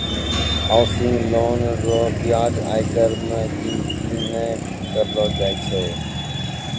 housing loan रो ब्याज आयकर मे गिनती नै करलो जाय छै